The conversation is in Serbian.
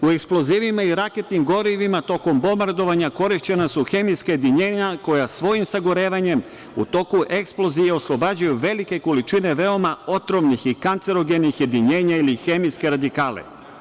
U eksplozivima i raketnim gorivima tokom bombardovanja korišćena su hemijska jedinjenja koja svojim sagorevanjem u toku eksplozije oslobađaju velike količine veoma otrovnih i kancerogenih jedinjenja ili hemijske radikale.